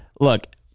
Look